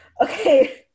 okay